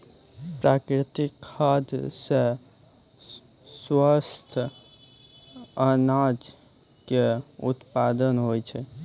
प्राकृतिक खाद सॅ स्वस्थ अनाज के उत्पादन होय छै